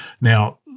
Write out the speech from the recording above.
Now